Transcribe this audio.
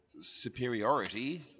superiority